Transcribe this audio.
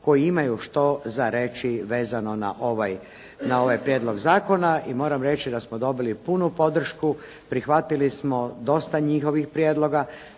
koji imaju što za reći vezano na ovaj prijedlog zakona. I moram reći da smo dobili punu podršku, prihvatili smo dosta njihovih prijedloga,